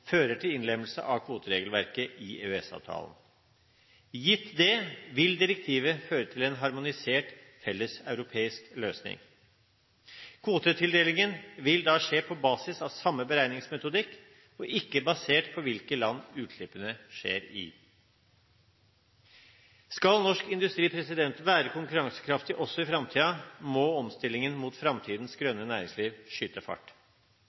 fører til innlemmelse av kvoteregelverket i EØS-avtalen. Gitt det vil direktivet føre til en harmonisert felles europeisk løsning. Kvotetildelingen vil da skje på basis av samme beregningsmetodikk og ikke basert på hvilke land utslippene skjer i. Skal norsk industri være konkurransekraftig også i framtiden, må omstillingen mot framtidens grønne næringsliv skyte fart.